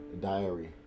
Diary